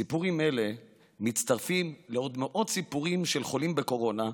סיפורים אלה מצטרפים לעוד מאות סיפורים של חולים בקורונה,